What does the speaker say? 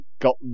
got